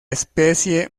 especie